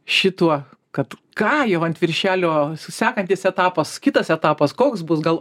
šituo kad ką jau ant viršelio sekantis etapas kitas etapas koks bus gal